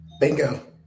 Bingo